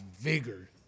vigor